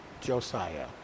Josiah